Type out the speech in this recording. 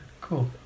Cool